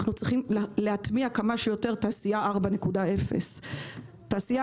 אנחנו צריכים להטמיע כמה שיותר תעשייה 4.0. זו תעשייה